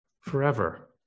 forever